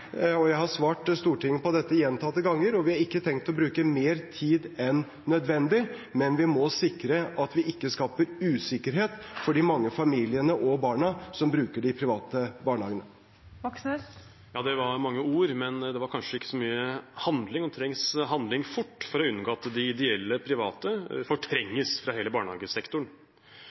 og jeg har svart Stortinget på dette gjentatte ganger. Vi har ikke tenkt å bruke mer tid enn nødvendig, men vi må sikre at vi ikke skaper usikkerhet for de mange familiene og barna som bruker de private barnehagene. Det var mange ord, men det var kanskje ikke så mye handling, og det trengs handling fort for å unngå at de ideelle private fortrenges fra hele barnehagesektoren.